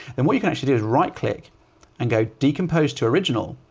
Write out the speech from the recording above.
and what you can actually do is right click and go decompose to original.